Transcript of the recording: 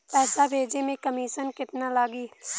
पैसा भेजे में कमिशन केतना लागि?